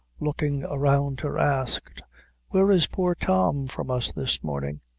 looking around her, asked where is poor tom from us this morning?